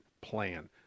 plan